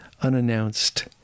unannounced